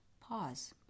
Pause